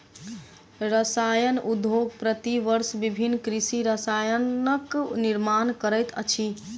रसायन उद्योग प्रति वर्ष विभिन्न कृषि रसायनक निर्माण करैत अछि